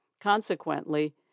Consequently